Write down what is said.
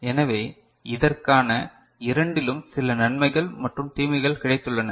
எனவே இதற்காக இரண்டிலும் சில நன்மைகள் மற்றும் தீமைகள் கிடைத்துள்ளன